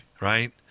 right